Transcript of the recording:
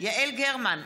יעל גרמן,